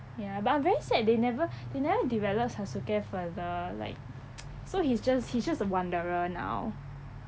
ya but I'm very sad they never they never develop sasuke further like so he's just he's just a wanderer now